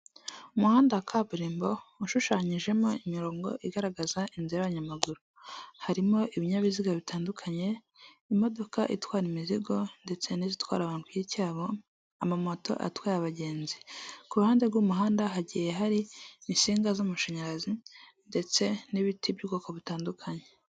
Umuhanda wa kaburimbo ushushanyijemo imirongo igaragaza inzira y'abanyamaguru, harimo ibinyabiziga bitandukanye, imodoka itwara imizigo ndetse n'izitwara abantu ku giti cyabo, amamoto atwaye abagenzi, ku ruhande rw'umuhanda hagiye hari insinga z'amashanyarazi ndetse n'ibiti by'ubwoko butandukanye.